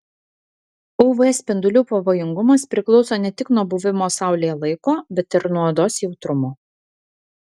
uv spindulių pavojingumas priklauso ne tik nuo buvimo saulėje laiko bet ir nuo odos jautrumo